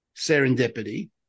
serendipity